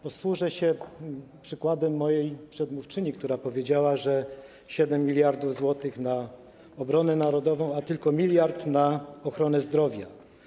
Posłużę się przykładem mojej przedmówczyni, która powiedziała, że jest 7 mld zł na obronę narodową, a tylko 1 mld zł na ochronę zdrowia.